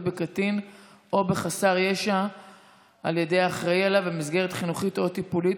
בקטין או בחסר ישע על ידי האחראי עליו במסגרת חינוכית או טיפולית),